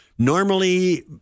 Normally